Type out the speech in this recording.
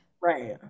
Right